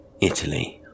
Italy